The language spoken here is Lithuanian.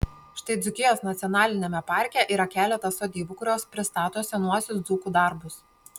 štai dzūkijos nacionaliniame parke yra keletas sodybų kurios pristato senuosius dzūkų darbus